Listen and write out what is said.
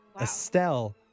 Estelle